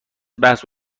بحث